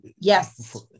Yes